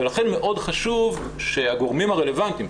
ולכן מאוד חשוב שהגורמים הרלוונטיים,